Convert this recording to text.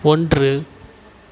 ஒன்று